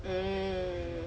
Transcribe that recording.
mm